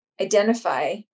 identify